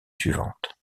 suivante